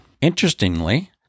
Interestingly